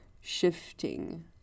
shifting